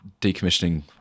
decommissioning